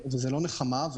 זה לא נחמה,